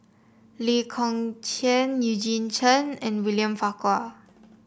Lee Kong Chian Eugene Chen and William Farquhar